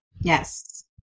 Yes